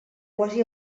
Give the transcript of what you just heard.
quasi